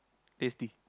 tasty